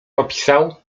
opisał